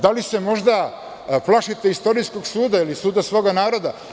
Da li se možda plašite istorijskog suda ili suda svoga naroda?